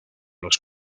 los